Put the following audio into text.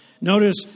Notice